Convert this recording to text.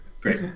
great